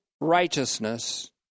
righteousness